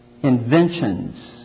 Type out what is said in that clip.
inventions